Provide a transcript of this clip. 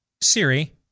Siri